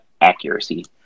accuracy